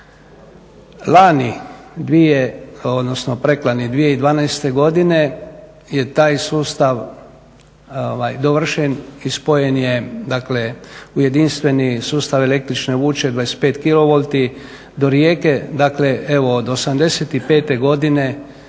preklani 2012. godine je taj sustav dovršen i spojen je dakle u jedinstveni sustav električne vuče 25 kilovolti, do Rijeke.